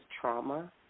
trauma